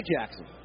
Jackson